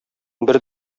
бер